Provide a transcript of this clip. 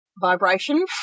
vibration